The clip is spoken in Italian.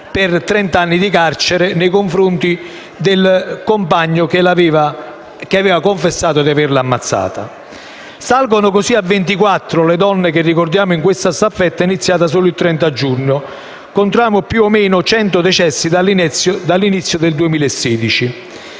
trent'anni di carcere nei confronti del compagno che aveva confessato di averla ammazzata. Salgono così a 24 le donne che ricordiamo in questa staffetta, iniziata solo il 30 giugno. Contiamo, più o meno, cento decessi dall'inizio del 2016.